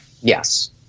yes